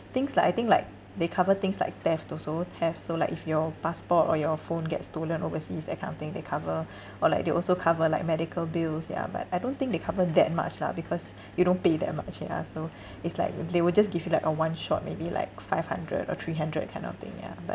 things like I think like they cover things like theft also theft so like if your passport or your phone get stolen overseas that kind of thing they cover or like they also cover like medical bills ya but I don't think they cover that much lah because you don't pay that much ya so it's like they would just give you like a one shot maybe like five hundred or three hundred kind of thing ya but